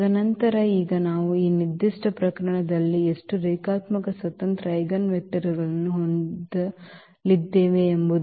ತದನಂತರ ಈಗ ನಾವು ಈ ನಿರ್ದಿಷ್ಟ ಪ್ರಕರಣದಲ್ಲಿ ಎಷ್ಟು ರೇಖಾತ್ಮಕ ಸ್ವತಂತ್ರ ಐಜೆನ್ವೆಕ್ಟರ್ಗಳನ್ನು ಹೊಂದಲಿದ್ದೇವೆ ಎಂಬುದನ್ನು ಗುರುತಿಸಬಹುದು